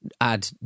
add